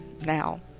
now